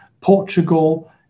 Portugal